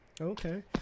Okay